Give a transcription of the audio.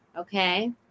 Okay